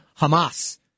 Hamas